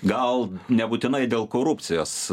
gal nebūtinai dėl korupcijos